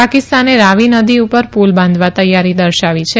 પાકિસ્તાને રાવી નદી પર પુલ બાંધવા તૈયારી દર્શાવી છે